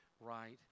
right